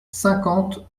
cinquante